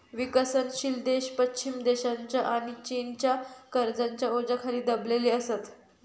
विकसनशील देश पश्चिम देशांच्या आणि चीनच्या कर्जाच्या ओझ्याखाली दबलेले असत